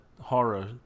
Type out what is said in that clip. horror